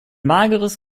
mageres